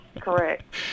correct